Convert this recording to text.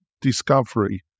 discovery